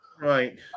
right